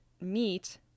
meet